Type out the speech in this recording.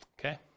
okay